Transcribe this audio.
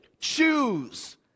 choose